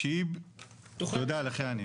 תודה אלחייני.